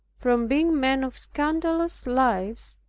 from being men of scandalous lives,